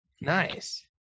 Nice